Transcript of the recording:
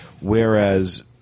whereas